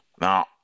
Now